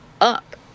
up